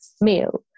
meal